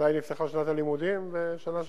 מתי נפתחה שנת הלימודים בשנה שעברה?